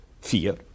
fear